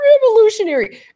Revolutionary